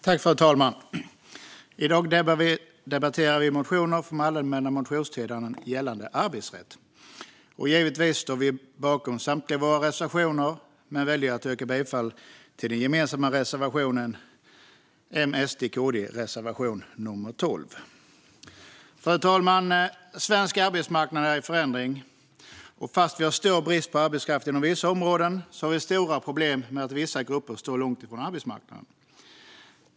Fru talman! I dag debatteras motioner från allmänna motionstiden gällande arbetsrätt. Givetvis står vi bakom samtliga våra reservationer, men vi väljer att yrka bifall endast till den gemensamma reservationen från MSD-KD, reservation nummer 12. Fru talman! Svensk arbetsmarknad är i förändring. Fast det råder stor brist på arbetskraft inom vissa områden finns stora problem med att vissa grupper står långt ifrån arbetsmarknaden.